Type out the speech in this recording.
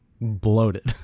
bloated